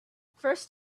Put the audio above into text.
first